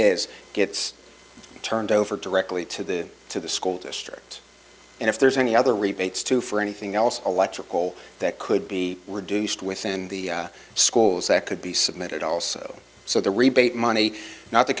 is gets turned over directly to the to the school district and if there's any other rebates to for anything else electrical that could be reduced within the schools that could be submitted also so the rebate money not the